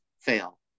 fail